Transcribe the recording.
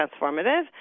transformative